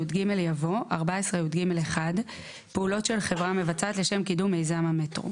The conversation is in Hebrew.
23. פעולות של חברה מבצעת לשם קידום מיזם המטרו